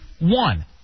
one